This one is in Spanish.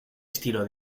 estilo